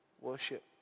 worship